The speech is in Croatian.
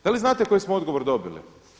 Da li znate koji smo odgovor dobili?